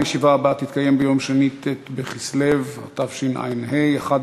הישיבה הבאה תתקיים ביום שני, ט' בכסלו התשע"ה,